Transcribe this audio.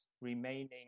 remaining